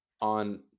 on